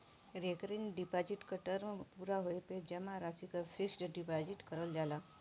recurring deposit क term पूरा होये पे जमा राशि क फिक्स्ड डिपाजिट करल जाला